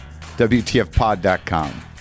WTFpod.com